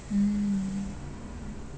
hmm